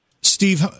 Steve